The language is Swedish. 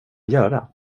göra